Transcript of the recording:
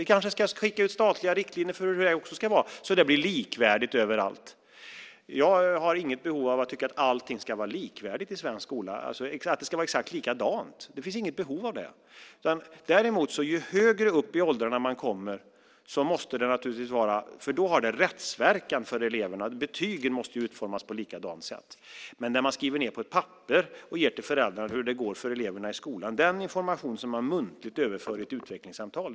Vi kanske ska skicka ut statliga riktlinjer för hur de också ska vara, så att det blir likvärdigt överallt. Jag har inget behov av att allting ska vara likvärdigt i svensk skola. Det finns inget behov av att allt ska vara exakt likadant. Däremot måste det naturligtvis vara det ju högre upp i åldrarna man kommer, för då har det rättsverkan för eleverna. Betygen måste utformas likadant. Men det här handlar bara om att man skriver ned på ett papper hur det går för eleverna i skolan och ger den information till föräldrarna som man muntligt överfört i ett utvecklingssamtal.